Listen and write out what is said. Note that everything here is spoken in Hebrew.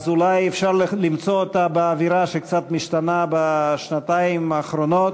אז אולי אפשר למצוא אותה באווירה שקצת משתנה בשנתיים האחרונות.